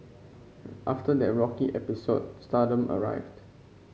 after that rocky episode stardom arrived